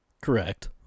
Correct